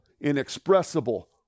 inexpressible